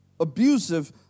abusive